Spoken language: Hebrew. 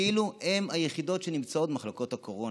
כאילו הן היחידות שנמצאות במחלוקות הקורונה,